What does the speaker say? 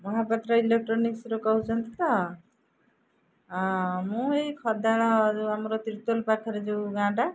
ମହାପାତ୍ର ଇଲେକ୍ଟ୍ରୋନିକ୍ସରୁ କହୁଛନ୍ତି ତ ମୁଁ ଏଇ ଖଦାଳ ଯେଉଁ ଆମର ତିର୍ତ୍ତୋଲ ପାଖରେ ଯେଉଁ ଗାଁଟା